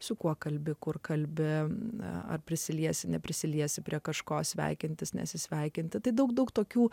su kuo kalbi kur kalbi na ar prisiliesi neprisiliesi prie kažko sveikintis nesisveikinti tai daug daug tokių